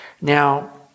Now